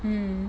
mm